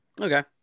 Okay